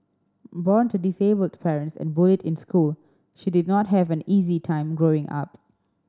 born to disabled parents and bullied in school she did not have an easy time growing up